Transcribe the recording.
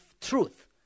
truth